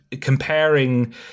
comparing